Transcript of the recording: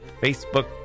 Facebook